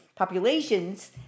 Populations